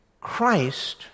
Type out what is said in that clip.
Christ